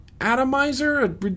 atomizer